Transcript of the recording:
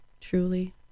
truly